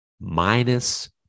minus